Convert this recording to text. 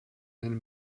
einem